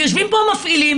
ויושבים פה מפעילים,